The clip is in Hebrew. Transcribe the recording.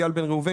איל בן ראובן,